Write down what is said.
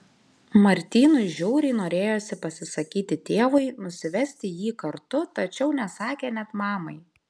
martynui žiauriai norėjosi pasisakyti tėvui nusivesti jį kartu tačiau nesakė net mamai